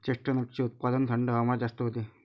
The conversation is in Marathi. चेस्टनटचे उत्पादन थंड हवामानात जास्त होते